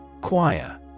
Choir